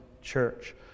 church